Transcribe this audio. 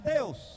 Deus